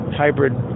hybrid